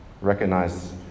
Recognize